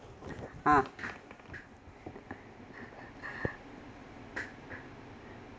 ha